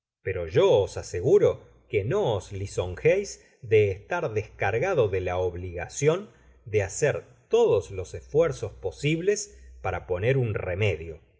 pero yo os aseguro que no os lisoujeis de estar descargado de la obligacion de hacer todos los esfuerzos posibles para poner un remedio